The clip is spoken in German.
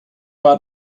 war